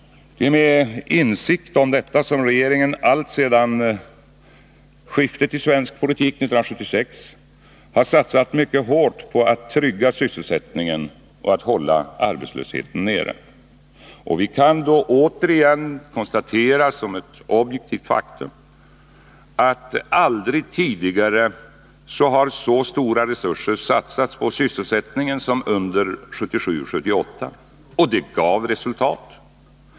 Det är med insikt om detta som regeringen alltsedan skiftet i svensk politik 1976 har satsat mycket hårt på att trygga sysselsättningen och hålla arbetslösheten nere. Vi kan då återigen konstatera som ett objektivt faktum att aldrig tidigare så stora resurser har satsats på sysselsättningen som under 1977-1978. Det gav också resultat.